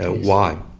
ah why?